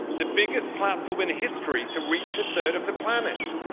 the biggest platform in history to reach a third of the planet.